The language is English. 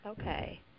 Okay